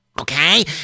Okay